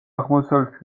აღმოსავლეთ